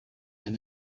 and